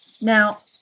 Now